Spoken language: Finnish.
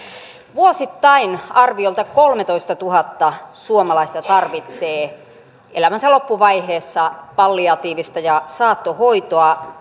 vuosittain arvioilta kolmetoistatuhatta suomalaista tarvitsee elämänsä loppuvaiheessa palliatiivista ja saattohoitoa